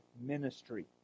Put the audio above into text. ministry